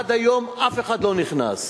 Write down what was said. עד היום אף אחד לא נכנס.